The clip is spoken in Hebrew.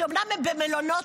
אומנם הם במלונות,